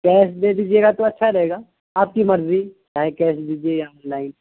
cash دے دیجیے گا تو اچھا رہے گا آپ کی مرضی چاہے کیش دیجیے یا آن لائن